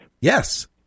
Yes